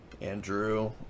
Andrew